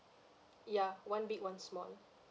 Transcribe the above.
ya one big one small